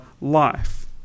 life